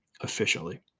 officially